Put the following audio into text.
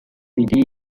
city